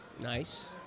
nice